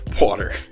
water